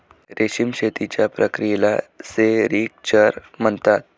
रेशीम शेतीच्या प्रक्रियेला सेरिक्चर म्हणतात